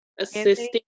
assisting